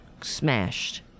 smashed